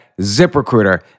ZipRecruiter